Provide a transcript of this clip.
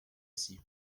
rsi